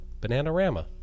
Bananarama